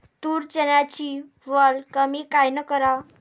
तूर, चन्याची वल कमी कायनं कराव?